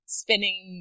spinning